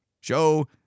Show